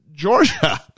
Georgia